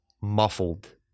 muffled